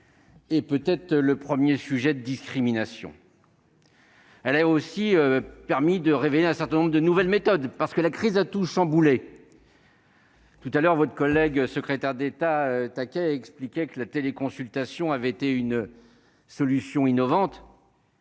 et peut-être le 1er sujet de discrimination, elle a aussi permis de révéler un certain nombre de nouvelles méthodes, parce que la crise a tout chamboulé. Tout à l'heure votre collègue, secrétaire d'État, Take a expliqué que la téléconsultation avait été une solution innovante.